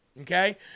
okay